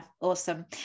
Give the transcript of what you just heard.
awesome